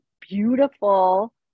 beautiful